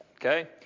Okay